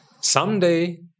Someday